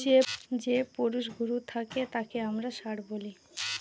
যে পুরুষ গরু থাকে তাকে আমরা ষাঁড় বলি